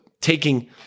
taking